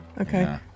Okay